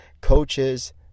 coaches